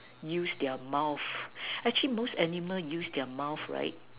use their mouth actually most animal use their mouth right